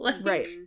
Right